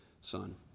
Son